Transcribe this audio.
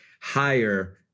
higher